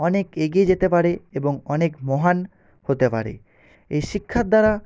অনেক এগিয়ে যেতে পারে এবং অনেক মহান হতে পারে এই শিক্ষার দ্বারা